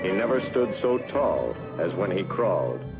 and never stood so tall as when he crawled.